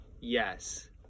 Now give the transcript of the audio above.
Yes